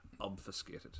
obfuscated